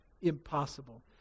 impossible